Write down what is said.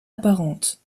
apparentes